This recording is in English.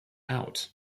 out